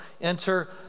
enter